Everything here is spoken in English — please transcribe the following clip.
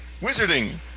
wizarding